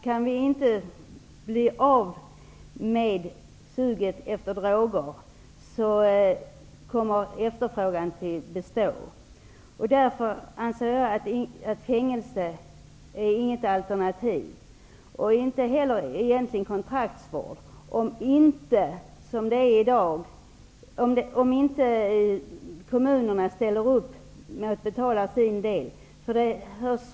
Kan vi inte få bort suget efter droger, kommer efterfrågan att bestå. Jag anser därför att fängelse inte är något alternativ. Det är inte heller kontraktsvård, om kommunerna inte ställer upp på att betala sin del.